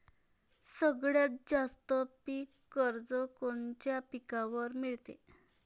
सगळ्यात जास्त पीक कर्ज कोनच्या पिकावर मिळते?